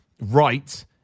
right